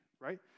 right